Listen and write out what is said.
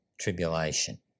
tribulation